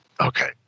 Okay